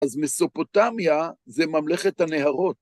אז מסופוטמיה זה ממלכת הנהרות.